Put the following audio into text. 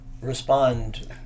respond